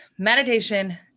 Meditation